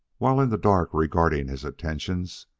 while in the dark regarding his intentions,